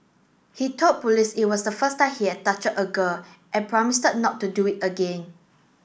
he told police it was the first time he had touched a girl and promised not to do it again